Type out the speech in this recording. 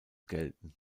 gelten